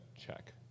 check